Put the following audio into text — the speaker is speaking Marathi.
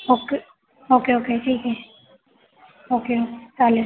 ओके ओके ओके ठीक आहे ओके चालेल